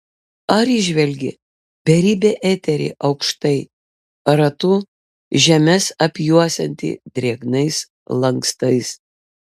ar įžvelgi beribį eterį aukštai ratu žemes apjuosiantį drėgnais lankstais